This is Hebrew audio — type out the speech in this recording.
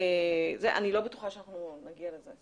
אני לא בטוחה שאנחנו נגיע לזה.